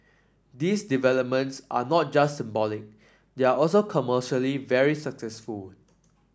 these developments are not just symbolic they are also commercially very successful